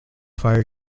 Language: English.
fire